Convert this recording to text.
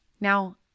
Now